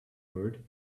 word